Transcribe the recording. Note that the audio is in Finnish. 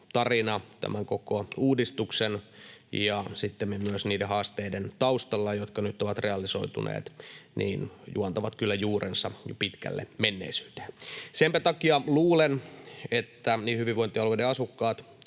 tämän koko uudistuksen ja sittemmin myös niiden haasteiden taustalla, jotka nyt ovat realisoituneet, juontaa kyllä juurensa pitkälle menneisyyteen. Senpä takia luulen, että niin hyvinvointialueiden asukkaat